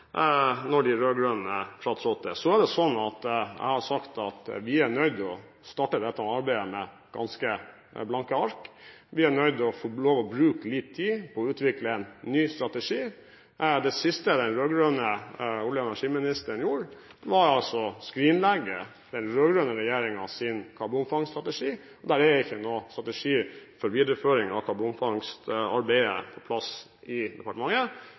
de rød-grønne fratrådte. Så er det slik at jeg har sagt at vi er nødt til å starte dette arbeidet med ganske blanke ark. Vi er nødt til å få lov til å bruke litt tid på å utvikle en ny strategi. Det siste den rød-grønne olje- og energiministeren gjorde, var å skrinlegge den rød-grønne regjeringens karbonfangststrategi, og det er ikke noen strategi for videreføring av karbonfangstarbeidet på plass i departementet.